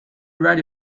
write